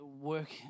work